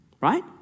right